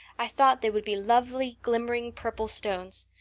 i thought they would be lovely glimmering purple stones.